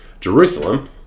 jerusalem